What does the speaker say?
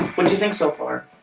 what do you think so far?